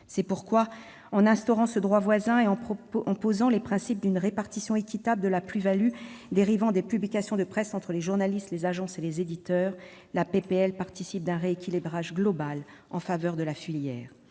C'est pourquoi, en instaurant ce droit voisin et en posant les principes d'une répartition équitable de la plus-value dérivant des publications de presse entre les journalistes, les agences et les éditeurs, la proposition de loi participe d'un rééquilibrage global en faveur de la filière.